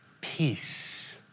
peace